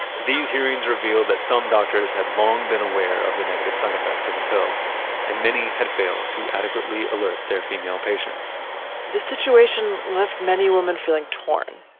these hearings reveal that some doctors had long been aware of the negative side effects of the pill and many had failed to adequately alert their female patients the situation left many women feeling torn.